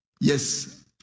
Yes